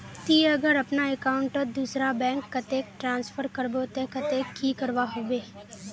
ती अगर अपना अकाउंट तोत दूसरा बैंक कतेक ट्रांसफर करबो ते कतेक की करवा होबे बे?